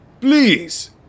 please